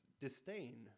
disdain